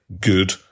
good